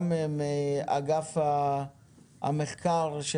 גם אגף המחקר של